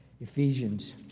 Ephesians